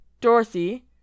Dorothy